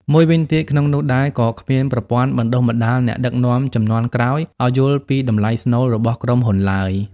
មួយវិញទៀត ក្នុងនោះដែរក៏គ្មានប្រព័ន្ធបណ្ដុះបណ្ដាលអ្នកដឹកនាំជំនាន់ក្រោយឱ្យយល់ពីតម្លៃស្នូល របស់ក្រុមហ៊ុនឡើយ។